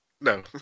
No